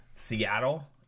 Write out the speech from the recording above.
seattle